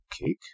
cake